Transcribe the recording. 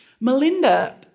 Melinda